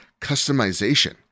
customization